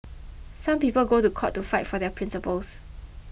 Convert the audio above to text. some people go to court to fight for their principles